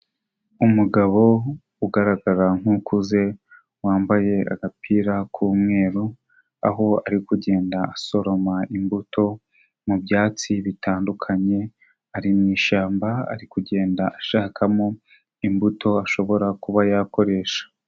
Umugabo ugaragara nk'ukuze wambaye agapira k'umweru, aho ari kugenda asoroma imbuto mu byatsi bitandukanye ari mu ishyamba ari kugenda ashakamo imbuto ashobora kuba yakoresha.